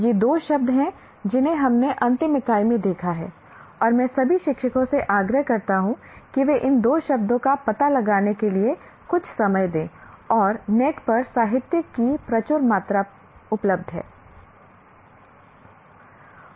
ये दो शब्द हैं जिन्हें हमने अंतिम इकाई में देखा है और मैं सभी शिक्षकों से आग्रह करता हूं कि वे इन दो शब्दों का पता लगाने के लिए कुछ समय दें और नेट पर साहित्य की प्रचुर मात्रा उपलब्ध हो